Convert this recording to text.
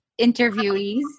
interviewees